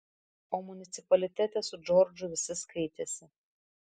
o municipalitete su džordžu visi skaitėsi